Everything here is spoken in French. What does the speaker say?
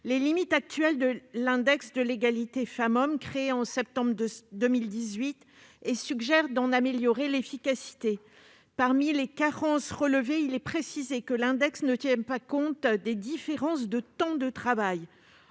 les limites actuelles de l'index de l'égalité femmes-hommes, institué en septembre 2018, et suggère d'en améliorer l'efficacité. Parmi les carences relevées, il est précisé que l'index ne tient pas compte des différences de temps de travail.